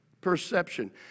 perception